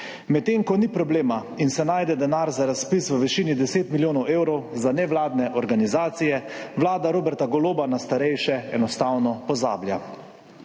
Medtem ko ni problema in se najde denar za razpis v višini 10 milijonov evrov za nevladne organizacije, vlada Roberta Goloba na starejše enostavno pozablja.